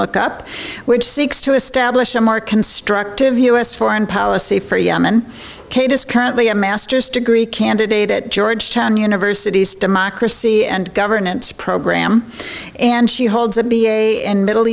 look up which seeks to establish a more constructive u s foreign policy for yemen kate is currently a master's degree candidate at georgetown university's democracy and governance program and she holds a b a in middle